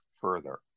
further